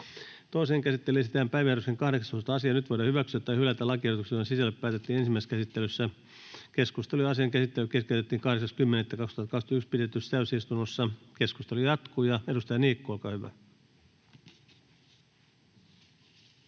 Toiseen käsittelyyn esitellään päiväjärjestyksen 18. asia. Nyt voidaan hyväksyä tai hylätä lakiehdotukset, joiden sisällöstä päätettiin ensimmäisessä käsittelyssä. Keskustelu ja asian käsittely keskeytettiin 8.10.2021 pidetyssä täysistunnossa. Keskustelu jatkuu. — Edustaja Niikko, olkaa hyvä.